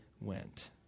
went